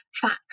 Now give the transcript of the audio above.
facts